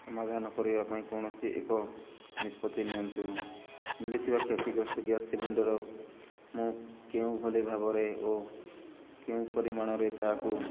ସମାଧାନ କରିବା ପାଇଁ କୌଣସି ଏକ ନିଷ୍ପତ୍ତି ନିଅନ୍ତୁ ମିିଳିଥିବା କ୍ଷତିଗ୍ରସ୍ତ ଗ୍ୟାସ୍ ସିଲିଣ୍ଡର୍ ମୁଁ କେଉଁ ଭଳି ଭାବରେ ଓ କେଉଁ ପରିମାଣରେ ତାହାକୁ